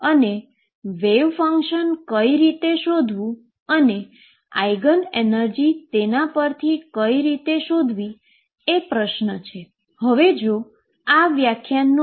અને પછી wave function કઈ રીતે શોધવું અને આઈગન એનર્જી તેના પરથી કઈ રીતે શોધવી એ પ્રશ્ન છે